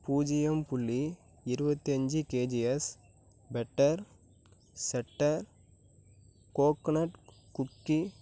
பூஜ்யம் புள்ளி இருபத்தஞ்சி கேஜியஸ் பெட்டர் செட்டர் கோக்கொனெட் குக்கி